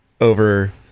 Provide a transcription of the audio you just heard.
over